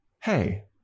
hey